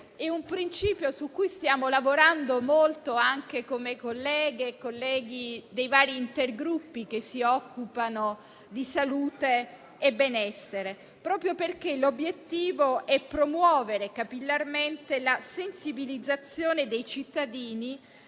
È un principio su cui stiamo lavorando molto, anche come colleghe e colleghi dei vari intergruppi che si occupano di salute e benessere, proprio perché l'obiettivo è promuovere capillarmente la sensibilizzazione dei cittadini